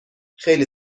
خیلی